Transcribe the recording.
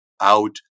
out